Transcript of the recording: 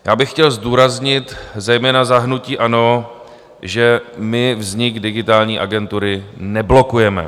Já bych chtěl zdůraznit zejména za hnutí ANO, že my vznik Digitální agentury neblokujeme.